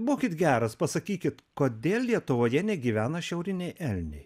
būkit geras pasakykit kodėl lietuvoje negyvena šiauriniai elniai